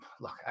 look